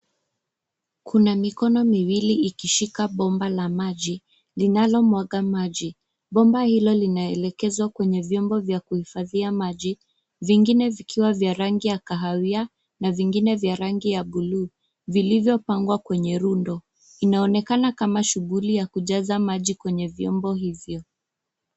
Kuna mikono miwili ikishika bomba la maji linalomwaga maji. Bomba hilo linaelekezwa kwenye vyombo vya kuhifadhia maji vingine vikiwa vya rangi ya kahawia na vingine vya rangi ya buluu vilivyopangwa kwenye rundo. Inaonekana kama shughuli ya kujaza maji kwenye vyombo hivyo.